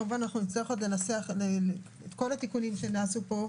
כמובן שנצטרך עוד לנסח את כל התיקונים שנעשו פה: